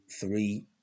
three